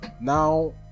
Now